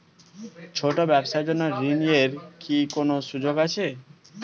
ছোট ব্যবসার জন্য ঋণ এর কি কোন সুযোগ আছে?